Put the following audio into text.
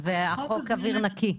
וחוק אוויר נקי.